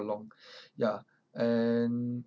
for long ya and